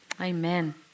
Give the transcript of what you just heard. amen